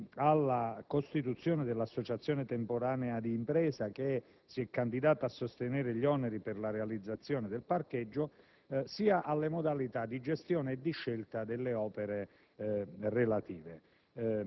alla costituzione dell'associazione temporanea di impresa che si è candidata a sostenere gli oneri per la realizzazione del parcheggio, sia alle modalità di gestione e di scelta delle opere relative: